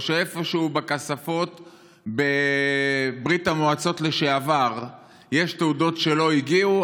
או שאיפשהו בכספות בברית המועצות לשעבר יש תעודות שלא הגיעו,